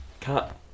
Cut